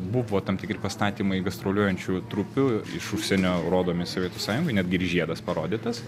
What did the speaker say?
buvo tam tikri pastatymai gastroliuojančių trupių iš užsienio rodomi sovietų sąjungoj netgi ir žiedas parodytas